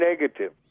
negative